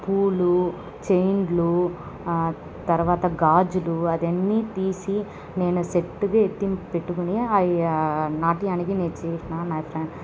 పూలు చైన్లు తర్వాత గాజులు అదన్నీ తీసి నేను సెట్టుగా ఎత్తి పెట్టుకొని ఆ నాట్యానికి నేను చేసిన